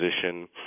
position